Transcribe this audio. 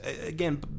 again